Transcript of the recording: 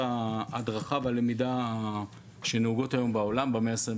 ההדרכה והלמידה שנהוגות היום בעולם במאה ה-21,